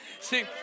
See